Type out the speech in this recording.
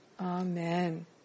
Amen